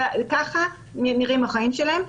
ככה נראים החיים שלהם,